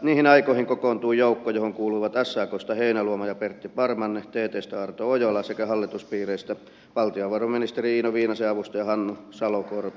niihin aikoihin kokoontui joukko johon kuuluivat saksta heinäluoma ja pertti parmanne ttstä arto ojala sekä hallituspiireistä valtiovarainministeri iiro viinasen avustaja hannu salokorpi